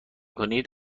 کنید